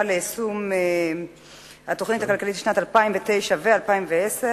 ליישום התוכנית הכלכלית לשנים 2009 ו-2010),